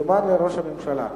הוא זומן לראש הממשלה.